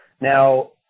Now